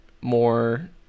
more